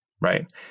right